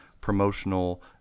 promotional